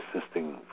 assisting